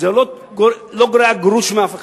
זה לא גורע גרוש מאף אחד,